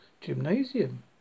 Gymnasium